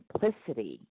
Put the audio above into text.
simplicity